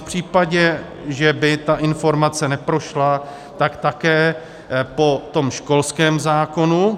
V případě, že by ta informace neprošla, tak také po tom školském zákonu.